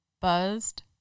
buzzed